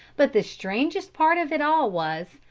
but the strangest part of it all was,